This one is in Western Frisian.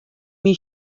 myn